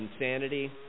insanity